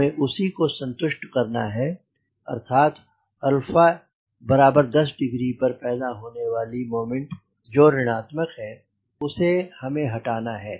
हमें उसी को संतुष्ट करना है अर्थात 10 डिग्री पर पैदा होने वाली मोमेंट जो ऋणात्मक है उसे हमें हटाना है